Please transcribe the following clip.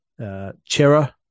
Chera